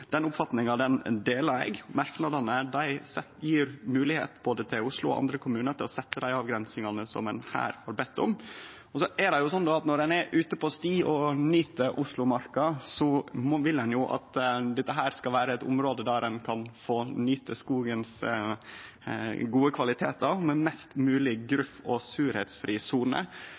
Den oppfatninga deler eg. Merknadene gjev moglegheit for både Oslo og dei andre kommunane til å setje dei avgrensingane som ein her har bedt om. Så er det slik at når ein er ute på sti og nyt Oslomarka, vil ein at dette skal vere eit område der ein kan få nyte dei gode kvalitetane ved skogen, med ei mest mogleg gruff- og